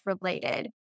related